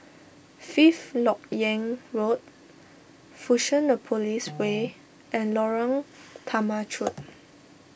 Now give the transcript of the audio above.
Fifth Lok Yang Road Fusionopolis Way and Lorong Temechut